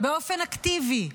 באופן אקטיבי.